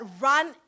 run